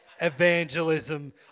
evangelism